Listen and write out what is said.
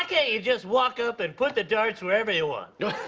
you just walk up and put the darts wherever you want?